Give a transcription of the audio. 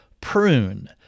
prune